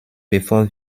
bevor